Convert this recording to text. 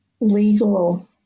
legal